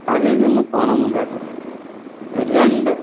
അതിൽനിന്നും പണം ഉണ്ടാക്കുന്നു രണ്ട്